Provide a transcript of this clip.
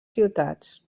ciutats